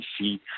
see